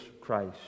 Christ